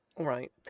right